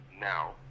now